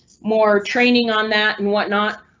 more training on that and what not.